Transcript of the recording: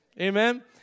Amen